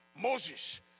Moses